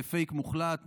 בפייק מוחלט,